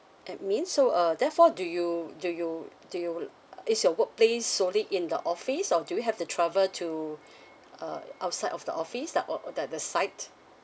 admin so uh therefore do you do you do you uh is your workplace only in the office or do you have to travel to uh outside of the office the or or the the site